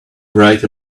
write